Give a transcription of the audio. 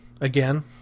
again